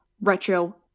retro